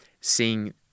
seeing